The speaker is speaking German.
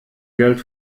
geld